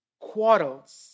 quarrels